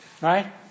Right